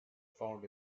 found